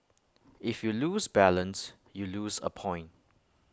if you lose balance you lose A point